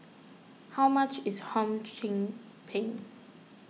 how much is Hum Chim Peng